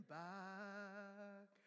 back